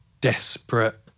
desperate